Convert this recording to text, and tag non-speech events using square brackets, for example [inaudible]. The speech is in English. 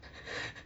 [breath]